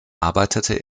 arbeitete